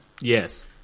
Yes